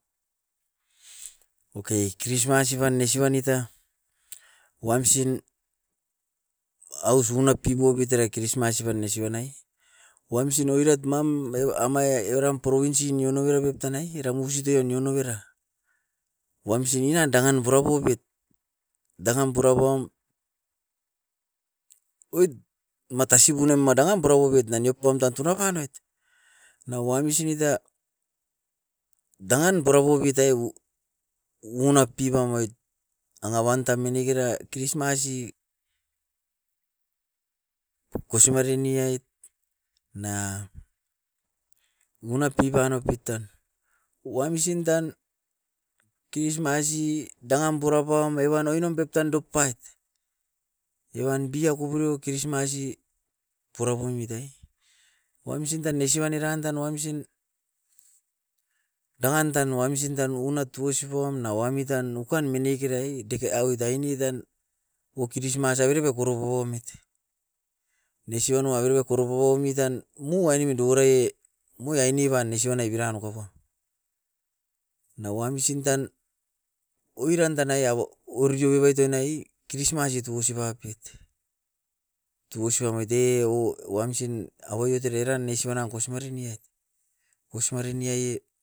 Oke, christmas iban nesiban neta wamsin aus unat pipobit era christmas iban ne sibanai, wamsin oirat mam mai o ama ia oiram porowins sin ion avera pep tanai eram muisitoi oniovera. Wamsin inan dangan purapobit, dangam pura puam oit matasi bunam madangam purauobiot nan iopam tan tunabanoit, na wamsin ita dangan purapobit ai unat pipamoit. Nanga pan taminikera christmas i kosimare ni ait na unat pipan apit tan, wamsin tan christmas i dangam purapan evan oinam pep tan dukpait iowan bia kopuroi christmas i purapumit ai. Wamsin tan nesiban eran tan wamsin dangan tan wamsin tan unat tuosipa wam na wamit tan ukan menekerai deke ai aut aine tan wok christmas avere pa koropo wamit. Nesiban noa avere bekoropou wamit tan mu ainemin dokoraie, mui aineban nesiban ne biran nokaukou, na wamsin tan oiran tanai a orio ebait e naii christmas i tugosi baiopet. Tugosi bamaite o wamsin awa oito eran nesibana kosimarini ai. Kosimari niai e